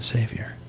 Savior